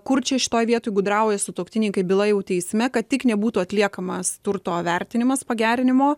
kur čia šitoj vietoj gudrauja sutuoktiniai kai byla jau teisme kad tik nebūtų atliekamas turto vertinimas pagerinimo